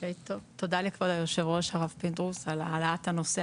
תודה לכבוד היו"ר הרב פינדרוס על העלאת הנושא